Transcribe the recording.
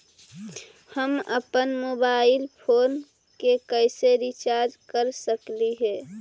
हम अप्पन mobile phone के कैसे रिचार्ज कर सकली हे?